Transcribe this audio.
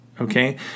Okay